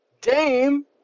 Dame